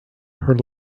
her